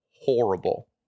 horrible